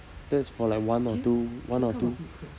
that's for like one or two one or two